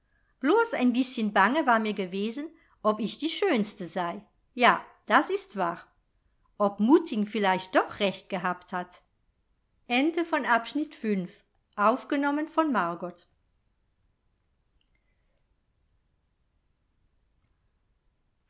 blos ein bißchen bange war mir gewesen ob ich die schönste sei ja das ist wahr ob mutting vielleicht doch recht gehabt hat